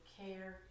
care